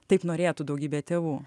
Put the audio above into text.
taip norėtų daugybė tėvų